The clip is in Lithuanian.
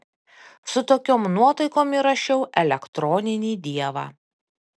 su tokiom nuotaikom įrašiau elektroninį dievą